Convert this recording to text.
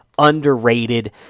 underrated